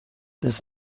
this